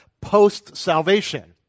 post-salvation